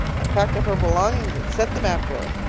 i packed up her belongings and sent them after